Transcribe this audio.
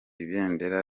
ibendera